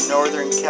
Northern